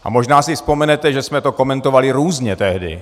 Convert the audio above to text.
A možná si vzpomenete, že jsme to komentovali různě tehdy.